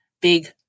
big